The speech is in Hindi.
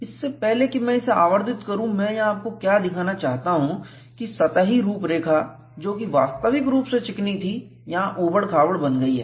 इससे पहले कि मैं इसे आवर्धित करूं मैं यहां आपको क्या दिखाना चाहता हूं कि सतही रूपरेखा जोकि वास्तविक रूप से चिकनी थी यहां ऊबड़ खाबड़ बन गई है